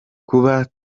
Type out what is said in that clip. kuba